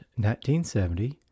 1970